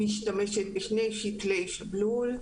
משתמשת בשני שתלי שבלול.